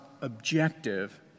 objective